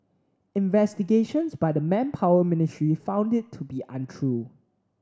investigations by the Manpower Ministry found it to be untrue